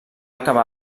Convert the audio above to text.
acabar